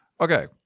Okay